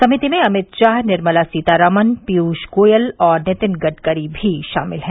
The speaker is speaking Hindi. समिति में अमित शाह निर्मला सीतारामन पीयूष गोयल और नितिन गडकरी भी शामिल है